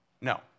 No